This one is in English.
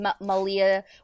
Malia